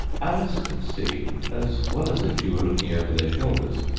alice could see, as well as if she were looking over their shoulders,